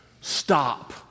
stop